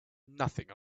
nothing